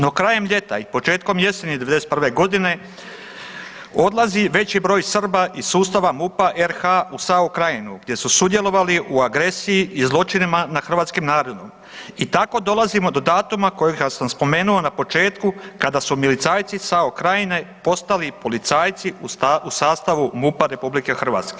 No krajem ljeta i početkom jeseni '91.g. odlazi veći broj Srba iz sustava MUP-a RH u SAO Krajinu gdje su sudjelovali u agresiji i zločinima nad hrvatskim narodom i tako dolazimo do datuma kojega sam spomenuo na početku kada su milicajci SAO Krajine postali i policajci u sastavu MUP-a RH.